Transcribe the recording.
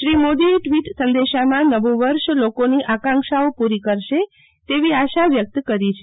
શ્રી મોદીએ ટ્વીટ સંદેશામાં નવું વર્ષ લોકોની આકાંક્ષાઓ પૂરી કરશે તેવી આશા વ્યક્ત કરી છે